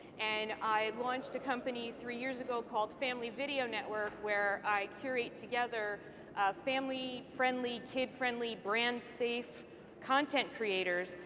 and i launched a company three years ago called family video network where i curate together family friendly, kid friendly brand safe content creators,